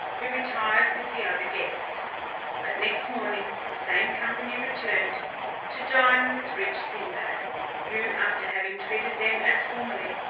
who retired with the other guests but next morning the same company returned to dine with rich sinbad who, after having treated them as formerly,